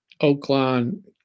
Oakland